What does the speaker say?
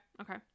Okay